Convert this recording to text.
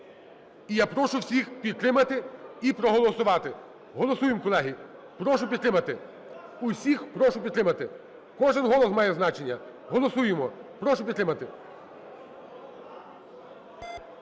І я прошу всіх підтримати і проголосувати. Голосуємо, колеги. Прошу підтримати. Всіх прошу підтримати. Кожен голос має значення. Голосуємо! Прошу підтримати!